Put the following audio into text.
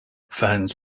fans